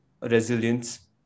resilience